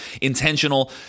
intentional